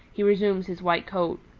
he resumes his white coat.